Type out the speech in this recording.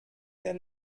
der